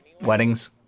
Weddings